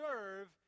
serve